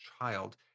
child